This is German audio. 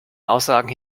aussagen